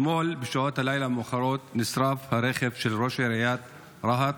אתמול בשעות הלילה המאוחרות נשרף הרכב של ראש עיריית רהט.